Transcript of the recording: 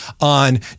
on